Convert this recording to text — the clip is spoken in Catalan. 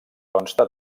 consta